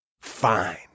fine